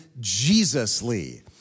Jesusly